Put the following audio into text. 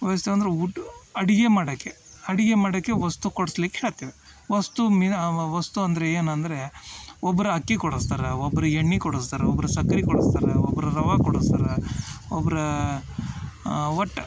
ವಹಿಸ್ತೀವಿ ಅಂದ್ರೆ ಊಟ ಅಡ್ಗಿ ಮಾಡಾಕೆ ಅಡ್ಗಿ ಮಾಡಾಕೆ ವಸ್ತು ಕೊಡ್ಸ್ಲಿಕ್ಕೆ ಹೇಳ್ತೇವೆ ವಸ್ತು ವಸ್ತು ಅಂದರೆ ಏನಂದರೆ ಒಬ್ರು ಅಕ್ಕಿ ಕೊಡಸ್ತಾರೆ ಒಬ್ರು ಎಣ್ಣೆ ಕೊಡಸ್ತಾರೆ ಒಬ್ರು ಸಕ್ಕರೆ ಕೊಡಸ್ತಾರೆ ಒಬ್ರು ರವಾ ಕೊಡಸ್ತಾರೆ ಒಬ್ರು ಒಟ್ಟು